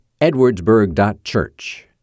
edwardsburg.church